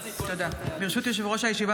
ברשות יושב-ראש הישיבה,